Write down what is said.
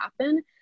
happen